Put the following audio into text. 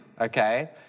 okay